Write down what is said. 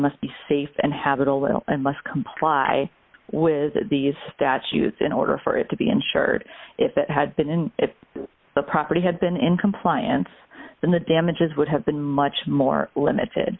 must be safe and have it all will and must comply with these statutes in order for it to be insured if it had been in the property had been in compliance then the damages would have been much more limited